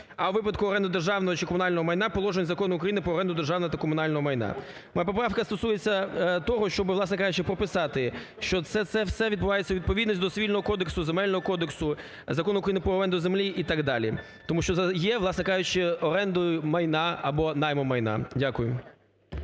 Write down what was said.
а у випадку оренди державного чи комунального майна – положень Закону України "Про оренду державного та комунального майна". Моя поправка стосується того, щоб, власне кажучи, прописати, що це все відбувається у відповідності до Цивільного кодексу, Земельного кодексу, Закону України "Про оренду землі" і так далі, тому що є, власне кажучи, орендою майна або найму майна. Дякую.